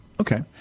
Okay